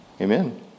Amen